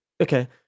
Okay